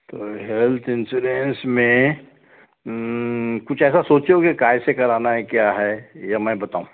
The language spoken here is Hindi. तो हेल्थ इन्श्योरेन्स में कुछ ऐसा सोचे हो के काहे से कराना है क्या है या मैं बताऊँ